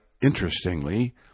interestingly